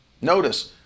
Notice